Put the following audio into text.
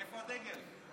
איפה הדגל?